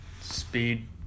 speed